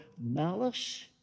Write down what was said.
malice